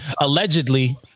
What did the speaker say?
allegedly